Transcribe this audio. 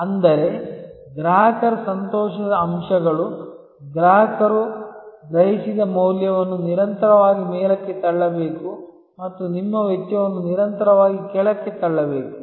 ಅಂದರೆ ಗ್ರಾಹಕರ ಸಂತೋಷದ ಅಂಶಗಳು ಗ್ರಾಹಕರು ಗ್ರಹಿಸಿದ ಮೌಲ್ಯವನ್ನು ನಿರಂತರವಾಗಿ ಮೇಲಕ್ಕೆ ತಳ್ಳಬೇಕು ಮತ್ತು ನಿಮ್ಮ ವೆಚ್ಚವನ್ನು ನಿರಂತರವಾಗಿ ಕೆಳಕ್ಕೆ ತಳ್ಳಬೇಕು